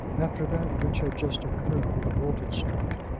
after that which had just occurred in bolton street?